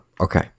Okay